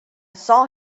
saw